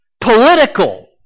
Political